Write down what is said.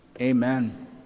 amen